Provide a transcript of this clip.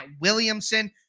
Williamson